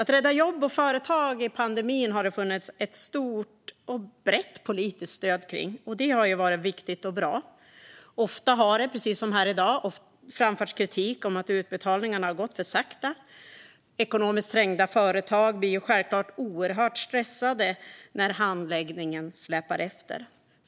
Att rädda jobb och företag i pandemin har det funnits ett stort och brett politiskt stöd kring, och detta har varit viktigt och bra. Ofta har det, precis som här i dag, framförts kritik mot att utbetalningarna har gått för sakta. Ekonomiskt trängda företag blir självklart oerhört stressade när handläggningen släpar efter.